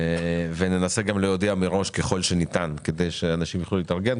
וגם ננסה להודיע מראש ככל שניתן כדי שאנשים יוכלו להתארגן.